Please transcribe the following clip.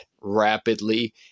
rapidly